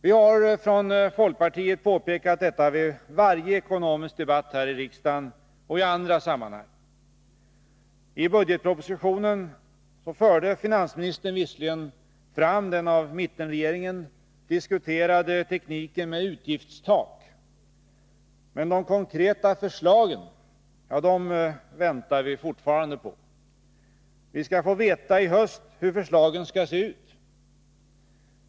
Vi i folkpartiet har påpekat detta vid varje ekonomisk debatt här i riksdagen och i andra sammanhang. I budgetpropositionen förde finansministern visserligen fram den av mittenregeringen diskuterade tekniken med utgiftstak. Men de konkreta förslagen väntar vi fortfarande på. Vi skall få veta i höst hur förslagen skall se ut.